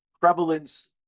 prevalence